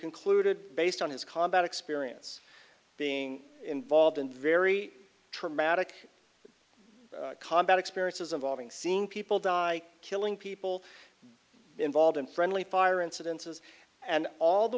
concluded based on his combat experience being involved in very traumatic combat experiences a valving seeing people die killing people involved in friendly fire incidents as and all the